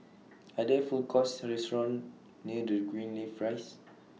Are There Food Courts Or restaurants near Greenleaf Rise